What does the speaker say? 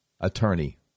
attorney